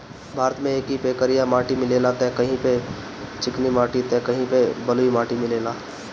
भारत में कहीं पे करिया माटी मिलेला त कहीं पे चिकनी माटी त कहीं पे बलुई माटी मिलेला